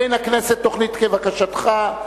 אין הכנסת תוכנית כבקשתך.